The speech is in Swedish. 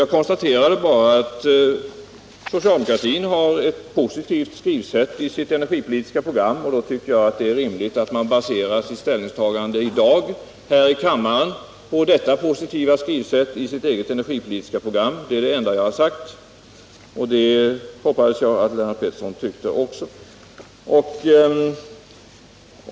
Jag konstaterade bara att socialdemokratin har ett positivt synsätt i sitt energipolitiska program, och därför tycker jag det är rimligt att man baserar sitt ställningstagande här i kammaren i dag på detta positiva synsätt i det egna energipolitiska programmet. Det är det enda jag har sagt. Och det hoppades jag att Lennart Pettersson tyckte också.